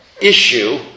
issue